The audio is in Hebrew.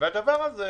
ואז זה